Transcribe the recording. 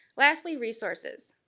lastly, resources.